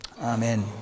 amen